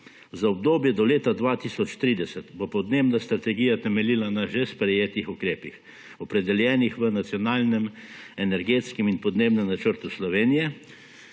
Za obdobje do leta 2030 bo podnebna strategija temeljila na že sprejetih ukrepih, opredeljenih v Nacionalnem energetskem in podnebnem načrtu Slovenije,